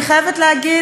אני חייבת להגיד,